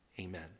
Amen